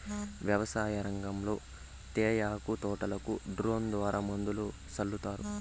వ్యవసాయ రంగంలో తేయాకు తోటలకు డ్రోన్ ద్వారా మందులు సల్లుతారు